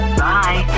bye